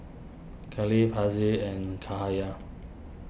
Kefli Hasif and Cahaya